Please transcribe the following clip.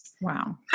Wow